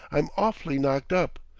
i'm awf'ly knocked up.